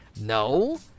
no